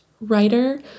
writer